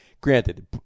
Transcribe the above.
granted